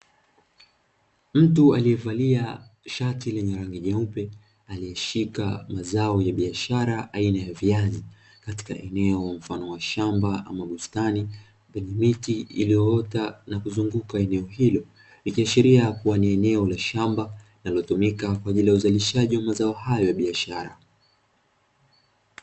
Mtu aliyevalia shati lenye rangi nyeupe aliyeshika mazao ya biashara aina ya viazi katika eneo mfano wa shamba ama bustani lenye miti iliyoota na kuzunguka eneo hilo, ikiashiria kuwa ni eneo la shamba linalotumika kwa ajili ya uzalishaji wa mazao hayo ya biashara.